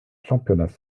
championnats